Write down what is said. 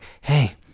hey